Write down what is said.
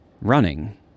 running